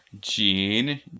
gene